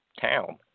town